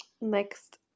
next